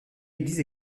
église